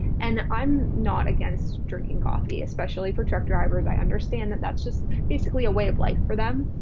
and i'm not against drinking coffee, especially for truck drivers. i understand that that's just basically a way of life for them.